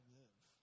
live